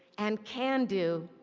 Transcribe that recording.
and can do,